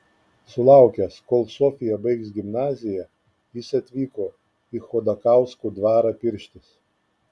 sulaukęs kol sofija baigs gimnaziją jis atvyko į chodakauskų dvarą pirštis